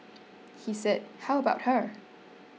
he said how about her